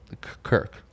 Kirk